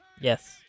Yes